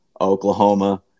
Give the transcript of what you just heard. Oklahoma